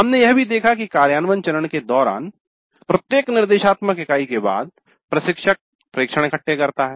हमने यह भी देखा कि कार्यान्वयन चरण के दौरान प्रत्येक निर्देशात्मक इकाई के बाद प्रशिक्षक प्रेक्षण इकट्ठे करता है